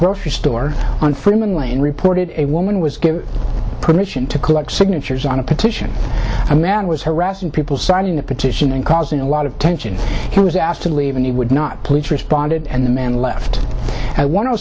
grocery store on freeman lane reported a woman was given permission to collect signatures on a petition a man was harassing people signing a petition and causing a lot of tension he was asked to leave and he would not police responded and the man left one o